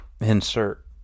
insert